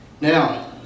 Now